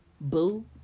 Boo